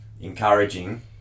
encouraging